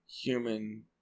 human